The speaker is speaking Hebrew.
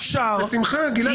בשמחה גלעד.